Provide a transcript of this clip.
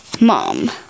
Mom